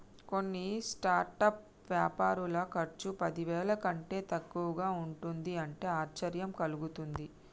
కొన్ని స్టార్టప్ వ్యాపారుల ఖర్చు పదివేల కంటే తక్కువగా ఉంటుంది అంటే ఆశ్చర్యం కలుగుతుంది